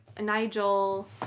Nigel